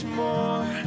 more